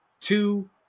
Two